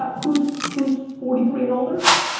ah who's who's forty three and older?